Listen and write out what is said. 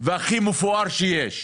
והכי מפואר שיש,